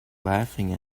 laughing